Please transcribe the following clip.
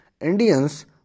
Indians